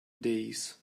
days